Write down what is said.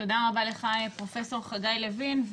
תודה רבה לך פרופ' חגי לוין.